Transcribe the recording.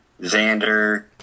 Xander